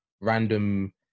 random